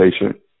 patient